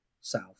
south